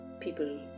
people